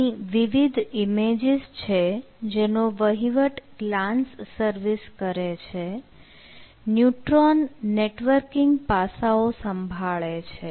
અહીં વિવિધ ઈમેજીસ છે જેનો વહીવટ ગ્લાન્સ સર્વિસ કરે છે ન્યુટ્રોન નેટવર્કિંગ પાસાઓ સંભાળે છે